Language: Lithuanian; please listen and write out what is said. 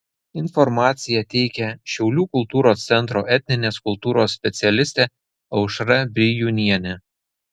informaciją teikia šiaulių kultūros centro etninės kultūros specialistė aušra brijūnienė